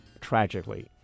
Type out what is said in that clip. tragically